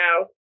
now